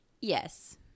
Yes